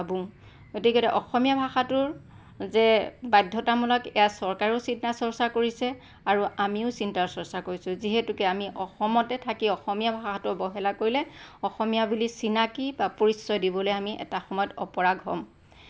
গতিকে অসমীয়া ভাষাটোৰ যে বাধ্যতামূলক এয়া চৰকাৰেও চিন্তা চৰ্চা কৰিছে আৰু আমিও চিন্তা চৰ্চা কৰিছোঁ যিহেতুকে আমি অসমতে থাকি অসমীয়া ভাষাটো অৱহেলা কৰিলে অসমীয়া বুলি চিনাকি বা পৰিচয় দিবলৈ আমি এটা সময়ত অপাৰগ হম